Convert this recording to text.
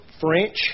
French